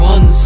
One